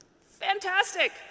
Fantastic